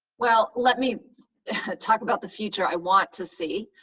well, let me talk about the future i want to see,